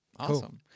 Awesome